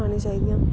खनियां चाहिदियां